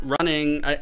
running